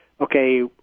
okay